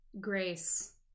Grace